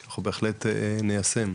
אנחנו בהחלט ניישם.